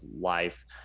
life